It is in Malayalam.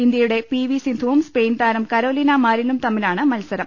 ഇന്ത്യയുടെ പി വി സിന്ധുവും സ്പെയിൻ താരം കരോലിന മാരിനും തമ്മിലാണ് മത്സരം